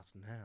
now